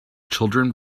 children